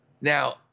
Now